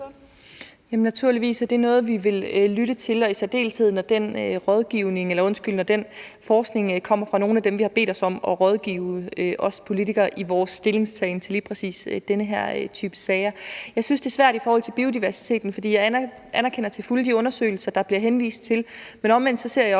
Naturligvis er det noget, vi vil lytte til, i særdeleshed når den forskning kommer fra nogle af dem, som er blevet bedt om at rådgive os politikere i vores stillingtagen til lige præcis den her type sager. Jeg synes, det er svært i forhold til biodiversiteten, for jeg anerkender til fulde de undersøgelser, der bliver henvist til; men omvendt ser jeg også,